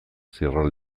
sierra